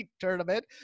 tournament